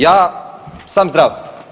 Ja sam zdrav.